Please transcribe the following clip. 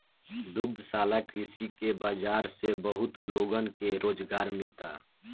दुग्धशाला कृषि के बाजार से बहुत लोगन के रोजगार मिलता